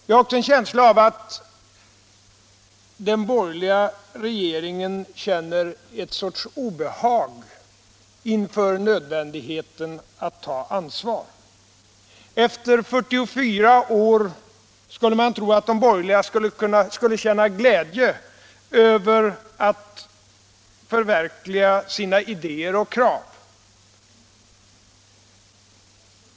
Jag har en känsla av att den borgerliga regeringen känner ett slags obehag inför nödvändigheten av att ta ansvar. Efter 44 år kunde man tro att de borgerliga skulle känna glädje över att kunna förverkliga sina Allmänpolitisk debatt Allmänpolitisk debatt idéer och krav.